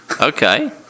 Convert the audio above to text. Okay